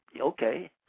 okay